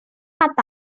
cap